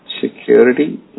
security